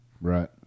right